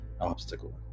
obstacle